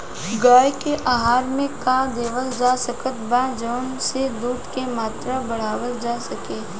गाय के आहार मे का देवल जा सकत बा जवन से दूध के मात्रा बढ़ावल जा सके?